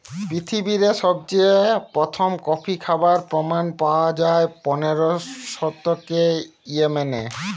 পৃথিবীরে সবচেয়ে প্রথম কফি খাবার প্রমাণ পায়া যায় পনেরোর শতকে ইয়েমেনে